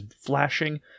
flashing